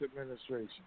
administration